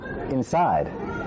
inside